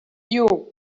you